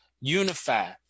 unify